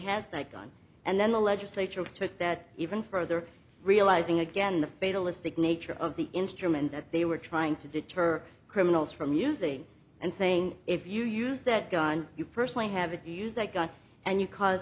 that gun and then the legislature took that even further realizing again the fatalistic nature of the instrument that they were trying to deter criminals from using and saying if you use that gun you personally have it use that gun and you cause